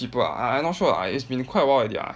cheaper ah I I not sure ah it's been quite a while already ah